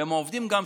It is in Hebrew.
אני מניח.